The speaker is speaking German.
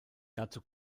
dazu